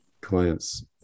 clients